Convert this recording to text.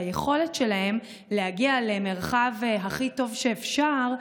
שהיכולת שלהם להגיע למרחב הכי טוב שאפשר,